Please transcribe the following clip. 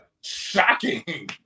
Shocking